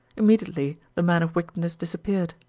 immediately the man of wickedness disappeared.